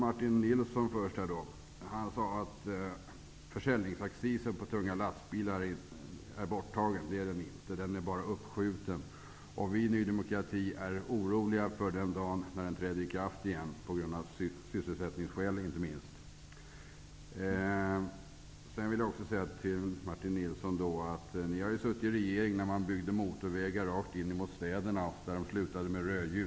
Martin Nilsson sade att försäljningsaccisen på tunga lastbilar är borttagen. Det är den inte, utan den är bara uppskjuten. Vi i Ny demokrati är oroliga, inte minst av sysselsättningsskäl, för den dag då den åter träder i kraft. Jag vill till Martin Nilsson också säga att Socialdemokraterna har suttit i regeringsställning då man byggde motorvägar rakt in i städerna, och de slutade ofta med rödljus.